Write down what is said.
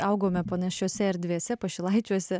augome panašiose erdvėse pašilaičiuose